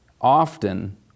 often